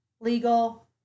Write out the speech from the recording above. legal